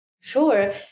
Sure